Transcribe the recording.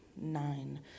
nine